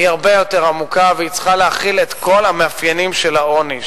היא הרבה יותר עמוקה והיא צריכה להכיל את כל המאפיינים של העוני,